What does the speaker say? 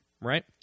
Right